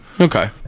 Okay